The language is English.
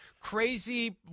crazy